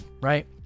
Right